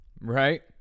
Right